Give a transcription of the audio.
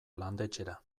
landetxera